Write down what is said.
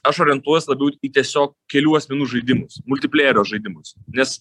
aš orientuojuos labiau į tiesiog kelių asmenų žaidimus multiplejerio žaidimus nes